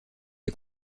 est